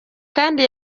kandi